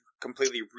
completely